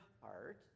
heart